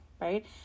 right